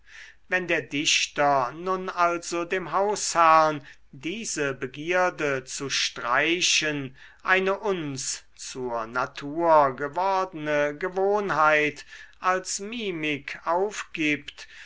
wenn der dichter nun also dem hausherrn diese begierde zu streichen eine uns zur natur gewordene gewohnheit als mimik aufgibt